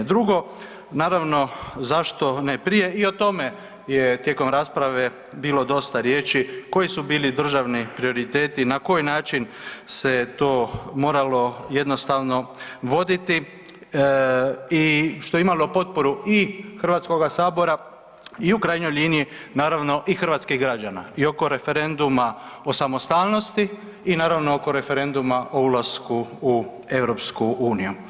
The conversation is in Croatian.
Drugo, naravno, zašto ne prije, i o tome je tijekom rasprave bilo dosta riječi koji su bili državni prioriteti, na koji način se to moralo jednostavno voditi i što je imalo potporu i HS-a i u krajnjoj liniji, naravno i hrvatskih građana i oko referenduma o samostalno i naravno, oko referenduma o ulasku u EU.